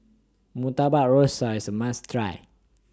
Murtabak Rusa IS A must Try